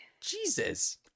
jesus